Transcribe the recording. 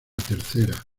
tercera